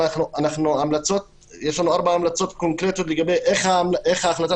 אבל יש לנו ארבע המלצות קונקרטיות לגבי איך ההחלטה